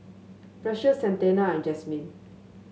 Precious Santana and Jasmine